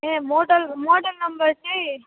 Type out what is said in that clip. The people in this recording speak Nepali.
ए मोडल मोडल नम्बर चाहिँ